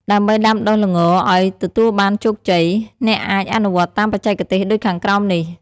ដើម្បីដាំដុះល្ងឲ្យទទួលបានជោគជ័យ អ្នកអាចអនុវត្តតាមបច្ចេកទេសដូចខាងក្រោមនេះ។